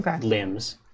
limbs